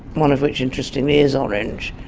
one of which interestingly is orange.